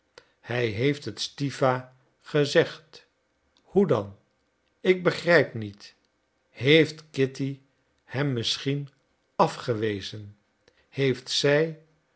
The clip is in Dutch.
hij heeft het stiwa gezegd hoe dan ik begrijp niet heeft kitty hem misschien afgewezen heeft zij